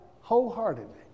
Wholeheartedly